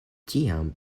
tiam